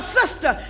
sister